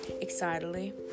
excitedly